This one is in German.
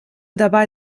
dabei